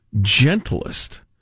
gentlest